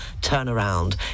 turnaround